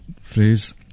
phrase